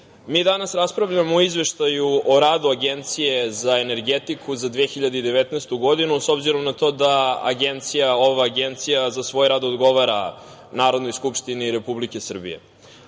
mi danas raspravljamo o Izveštaju o radu Agencije za energetiku za 2019. godinu, s obzirom na to da ova Agencija za svoj rad odgovara Narodnoj skupštini Republike Srbije.O